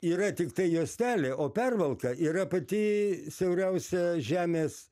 yra tiktai juostelė o pervalka yra pati siauriausia žemės